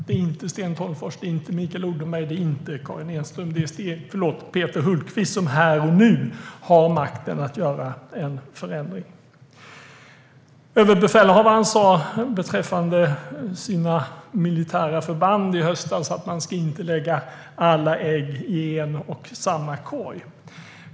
Det är inte Sten Tolgfors, Mikael Odenberg eller Karin Enström utan Peter Hultqvist som här och nu har makten att göra en förändring. Överbefälhavaren sa beträffande sina militära förband i höstas att man inte ska lägga alla ägg i en och samma korg.